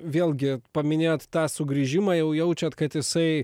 vėlgi paminėjot tą sugrįžimą jau jaučiat kad jisai